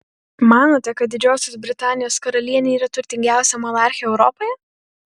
manote kad didžiosios britanijos karalienė yra turtingiausia monarchė europoje